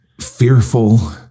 fearful